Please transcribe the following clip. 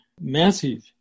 massive